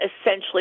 essentially